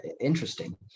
interesting